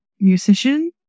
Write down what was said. musician